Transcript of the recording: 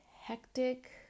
hectic